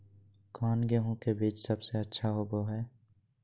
कौन गेंहू के बीज सबेसे अच्छा होबो हाय?